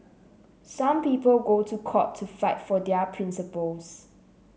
some people go to court to fight for their principles